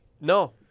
No